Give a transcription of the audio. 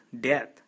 death